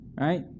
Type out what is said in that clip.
Right